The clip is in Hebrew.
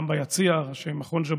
גם ביציע, ראשי מכון ז'בוטינסקי,